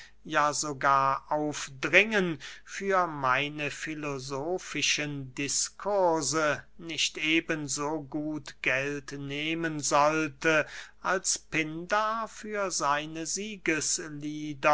ja sogar aufdringen für meine filosofischen diskurse nicht eben so gut geld nehmen sollte als pindar für seine siegeslieder